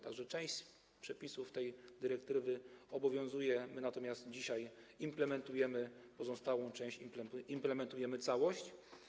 Tak że część przepisów tej dyrektywy obowiązuje, my natomiast dzisiaj implementujemy pozostałą część, implementujemy całość.